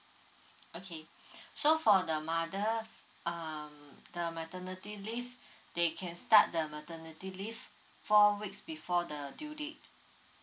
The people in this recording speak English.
okay so for the mother um the maternity leave they can start the maternity leave four weeks before the due date